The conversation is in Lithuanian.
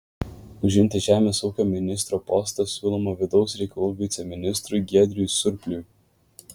užimti žemės ūkio ministro postą siūloma vidaus reikalų viceministrui giedriui surpliui